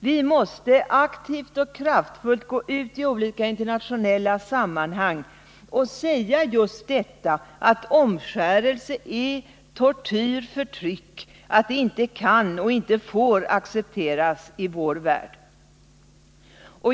Vi måste aktivt och kraftfullt gå ut i olika internationella sammanhang och säga just att omskärelse är tortyr och förtryck och att det inte kan eller får accepteras i vår värld.